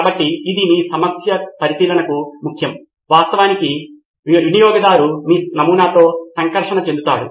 కాబట్టి ఇది మీ పరిశీలనకు ముఖ్యం వాస్తవానికి వినియోగదారు మీ నమూనాతో సంకర్షణ చెందుతాడు